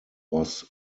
was